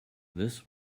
this